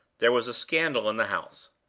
there was a scandal in the house.